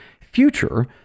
future